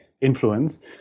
influence